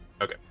Okay